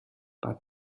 but